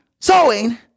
sewing